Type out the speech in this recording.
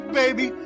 baby